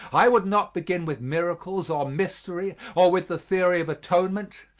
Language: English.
i would not begin with miracles or mystery or with the theory of atonement.